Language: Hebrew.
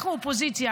אנחנו אופוזיציה,